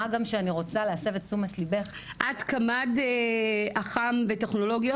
מה גם שאני רוצה להסב את תשומת ליבך --- את קמ"ד אח"מ וטכנולוגיות?